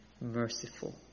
merciful